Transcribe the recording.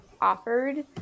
offered